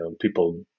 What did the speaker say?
people